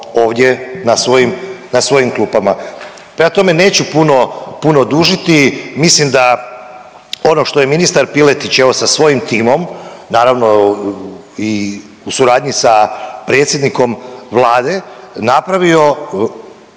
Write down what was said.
svojim, na svojim klupama. Prema tome, neću puno, puno dužiti. Mislim da ono što je ministar Piletić evo sa svojim timom naravno i u suradnji sa predsjednikom Vlade napravio,